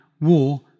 war